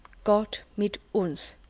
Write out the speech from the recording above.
gott mit uns.